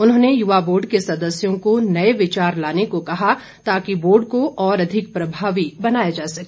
उन्होंने युवा बोर्ड के सदस्यों को नए विचार लाने को कहा ताकि बोर्ड को और अधिक प्रभावी बनाया जा सके